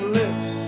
lips